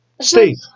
Steve